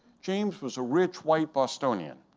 james was a rich, white bostonian.